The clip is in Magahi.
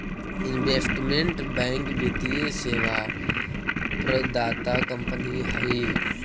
इन्वेस्टमेंट बैंक वित्तीय सेवा प्रदाता कंपनी हई